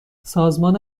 سازمان